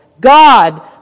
God